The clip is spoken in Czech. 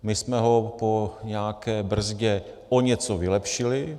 My jsme ho po nějaké brzdě o něco vylepšili.